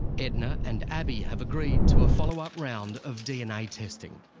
edna and abii have agreed to a followup round of dna testing.